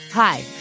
Hi